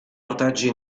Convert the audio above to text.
ortaggi